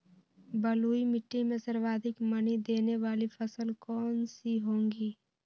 बलुई मिट्टी में सर्वाधिक मनी देने वाली फसल कौन सी होंगी?